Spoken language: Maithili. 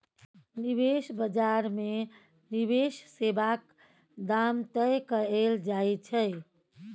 निबेश बजार मे निबेश सेबाक दाम तय कएल जाइ छै